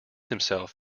himself